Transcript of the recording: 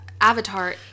Avatar